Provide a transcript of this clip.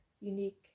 unique